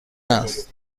است